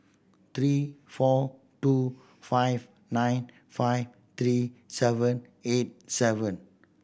three four two five nine five three seven eight seven